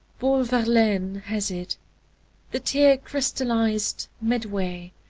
paul verlaine, has it the tear crystallized midway,